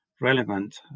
relevant